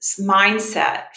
mindset